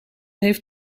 heeft